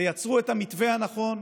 תייצרו את המתווה הנכון,